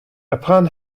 upon